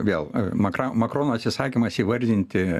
vėl makra makrono atsisakymas įvardinti